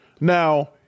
Now